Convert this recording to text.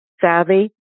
savvy